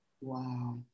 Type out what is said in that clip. Wow